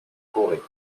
corée